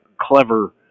clever